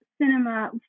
cinema